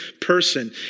person